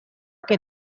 che